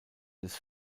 des